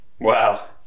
Wow